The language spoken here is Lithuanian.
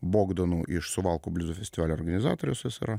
bogdanu iš suvalkų bliuzo festivalio organizatorius jis yra